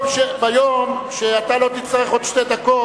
ביום שאתה לא תצטרך עוד שתי דקות,